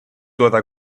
toda